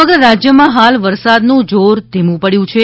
વરસાદ સમગ્ર રાજ્યમાં હાલ વરસાદનું જોર ધીમું પડ્યું છે